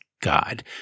God